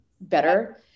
better